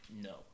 No